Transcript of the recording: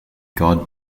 god